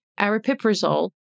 Aripiprazole